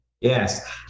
Yes